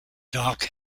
dark